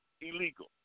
illegal